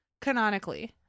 Canonically